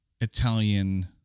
Italian